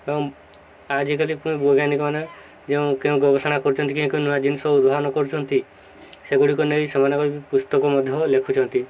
ଏବଂ ଆଜିକାଲି ପୁଣି ବୈଜ୍ଞାନିକମାନେ ଯେଉଁ କେଉଁ ଗବେଷଣା କରୁଛନ୍ତି କେଉଁ କେଉଁ ନୂଆ ଜିନିଷ ଉଦ୍ଭାବନ କରୁଛନ୍ତି ସେଗୁଡ଼ିକ ନେଇ ସେମାନଙ୍କର ବି ପୁସ୍ତକ ମଧ୍ୟ ଲେଖୁଛନ୍ତି